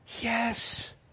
Yes